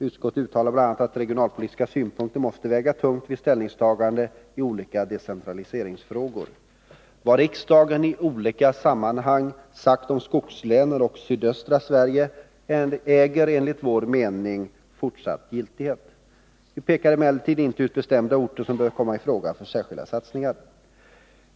Utskottet uttalar bl.a. att regionalpolitiska synpunkter måste väga tungt vid ställningstaganden i olika decentraliseringsfrågor. Vad riksdagen i olika sammanhang sagt om skogslänen och sydöstra Sverige äger enligt vår mening fortsatt giltighet. Vi pekar . emellertid inte ut bestämda orter som bör komma i fråga för särskilda satsningar.